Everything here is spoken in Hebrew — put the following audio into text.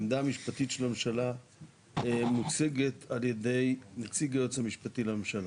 העמדה המשפטית של הממשלה מוצגת על ידי נציג היועץ המשפטי לממשלה.